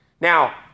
Now